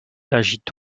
agit